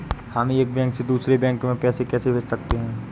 हम एक बैंक से दूसरे बैंक में पैसे कैसे भेज सकते हैं?